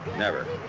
never?